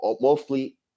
mostly